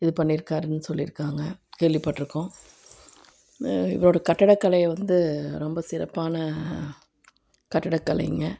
இது பண்ணிருக்காருன்னு சொல்லி இருக்காங்க கேள்விப்பட்டுருக்கோம் இவர் கட்டடக்கலையை வந்து ரொம்ப சிறப்பான கட்டிடக்கலைங்க